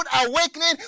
awakening